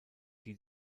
die